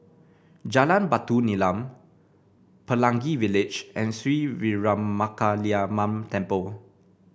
Jalan Batu Nilam Pelangi Village and Sri Veeramakaliamman Temple